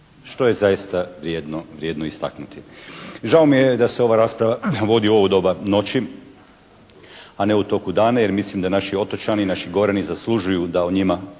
što je zaista vrijedno istaknuti. Žao mi je da se ova rasprava vodi u ovo doba noći, a ne u toku dana jer mislim da naši otočani, naši gorani zaslužuju da o njima